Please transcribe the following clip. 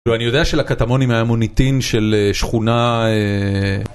אני יודע שלקטמונים היה מוניטין של שכונה